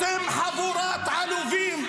--- למה --- אתם חבורת עלובים,